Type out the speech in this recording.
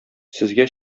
сезгә